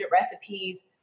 recipes